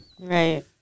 Right